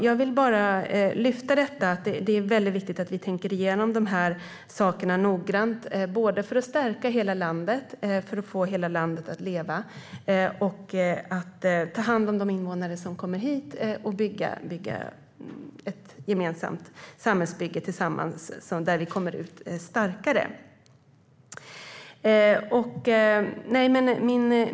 Jag vill bara lyfta fram att det är viktigt att tänka igenom dessa frågor noggrant. Det handlar både om att stärka hela landet - få hela landet att leva - och om att ta hand om de invånare som kommer hit. Vi ska tillsammans bygga ett samhälle där vi kommer ut starkare.